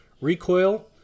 recoil